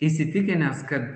įsitikinęs kad